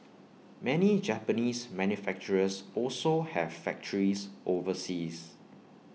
many Japanese manufacturers also have factories overseas